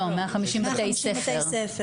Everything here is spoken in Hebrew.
לא, 150 בתי ספר.